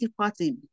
Party